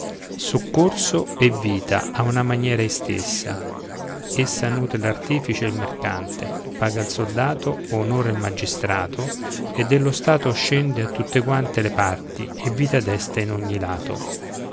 soccorso e vita a una maniera istessa essa nutre l'artefice e il mercante paga il soldato onora il magistrato e dello stato scende a tutte quante le parti e vita desta in ogni lato